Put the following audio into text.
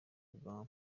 bwa